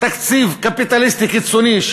תקציב קפיטליסטי קיצוני,